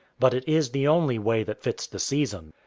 but it is the only way that fits the season.